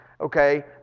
okay